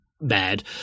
bad